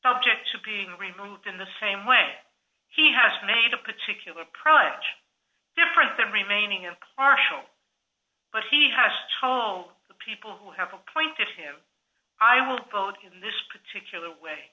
subject to being removed in the same way he has made a particular product different than remaining in partial but he has told the people who have appointed him i will vote in this particular way